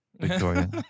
Victoria